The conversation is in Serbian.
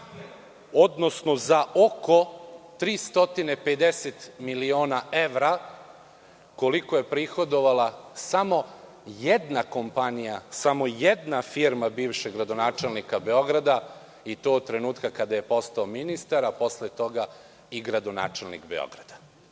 odnosno za oko 350 miliona evra koliko je prihodovala samo jedna kompanija, samo jedna firma bivšeg gradonačelnika Beograda, i to od trenutka kada je postao ministar, a posle toga i gradonačelnik Beograda. Pitaću